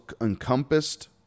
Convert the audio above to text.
encompassed